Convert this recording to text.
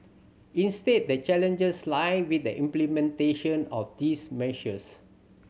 instead the challenges lie with the implementation of these measures